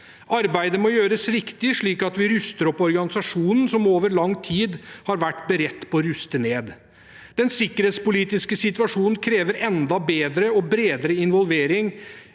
Arbeidet må gjøres riktig, slik at vi ruster opp organisasjonen, som over lang tid har vært beredt på å ruste ned. Den sikkerhetspolitiske situasjonen krever enda bedre og bredere involvering